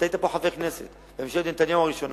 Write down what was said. ואתה היית פה חבר כנסת בממשלת נתניהו הראשונה